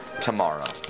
tomorrow